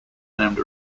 named